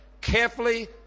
carefully